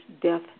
death